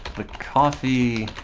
the coffee